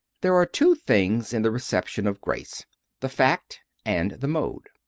there are two things in the reception of grace the fact and the mode.